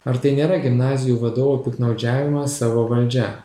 ar tai nėra gimnazijų vadovų piktnaudžiavimas savo valdžia